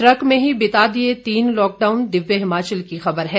truck में ही बिता दिये तीन लॉकडाउन दिव्य हिमाचल की खबर है